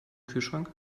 kühlschrank